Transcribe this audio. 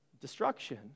destruction